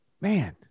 Man